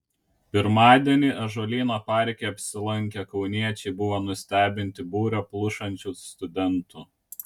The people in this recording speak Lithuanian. pirmadienį ąžuolyno parke apsilankę kauniečiai buvo nustebinti būrio plušančių studentų